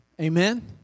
Amen